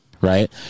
Right